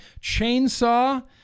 chainsaw